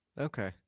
Okay